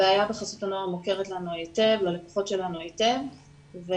הבעיה בחסות הנוער מוכרת לנו וללקוחות שלנו היטב ולכן